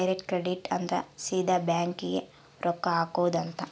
direct credit ಅಂದ್ರ ಸೀದಾ bank ಗೇ ರೊಕ್ಕ ಹಾಕೊಧ್ ಅಂತ